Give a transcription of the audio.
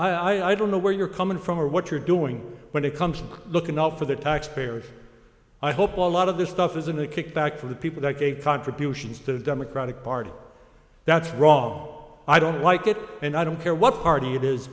that i don't know where you're coming from or what you're doing when it comes to looking out for the taxpayers i hope all lot of this stuff isn't a kickback for the people that big contributions to the democratic party that's wrong i don't like it and i don't care what party it is